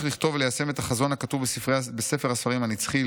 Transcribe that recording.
לכתוב וליישם את הכתוב בספר הספרים הנצחי,